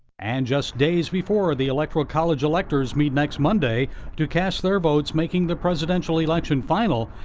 and just days before the electoral college lectors meet next monday to cast their votes, making the presidential election final,